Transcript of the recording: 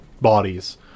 bodies